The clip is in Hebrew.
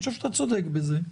אני חושב שאתה צודק בזה.